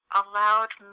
allowed